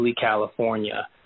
California